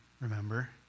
Remember